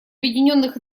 объединенных